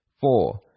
Four